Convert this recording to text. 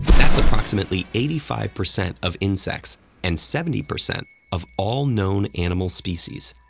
that's approximately eighty five percent of insects and seventy percent of all known animal species.